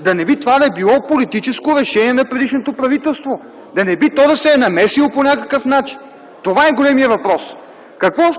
Да не би това да е било политическо решение на предишното правителство? Да не би то да се е намесило по някакъв начин? Това е големият въпрос.